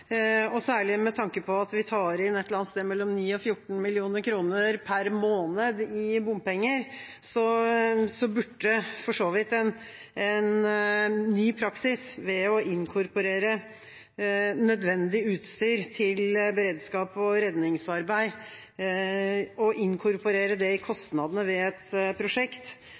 Særlig med tanke på at vi tar inn et eller annet sted mellom 9 og 14 mill. kr per måned i bompenger, burde det for så vidt være mulig å få i gang en diskusjon om en ny praksis ved å inkorporere nødvendig utstyr til beredskap og redningsarbeid i kostnadene ved et prosjekt.